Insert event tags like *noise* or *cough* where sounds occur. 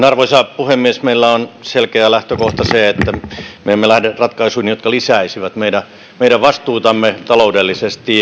*unintelligible* arvoisa puhemies meillä on selkeä lähtökohta se että me emme lähde ratkaisuihin jotka lisäisivät meidän meidän vastuitamme taloudellisesti *unintelligible*